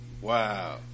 Wow